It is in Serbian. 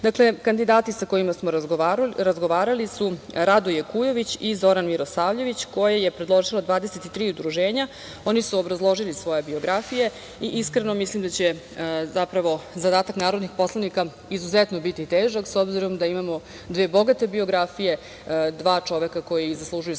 medija. Dakle, kandidati sa kojima smo razgovarali su Radoje Kujović i Zoran Mirosavljević koje je predložilo 23 udruženja. Oni su obrazložili svoje biografije i iskreno mislim da će zadatak narodnih poslanika biti težak, s obzirom da imamo dve bogate biografije dva čoveka koji zaslužuju podjednako